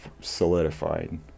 solidified